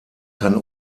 kann